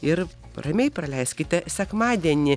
ir ramiai praleiskite sekmadienį